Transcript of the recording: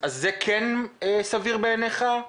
זה כן סביר בעיניך?